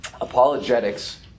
Apologetics